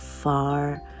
far